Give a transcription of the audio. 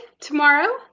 tomorrow